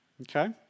Okay